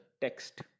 text